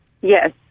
yes